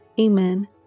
Amen